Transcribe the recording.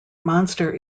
monster